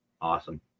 Awesome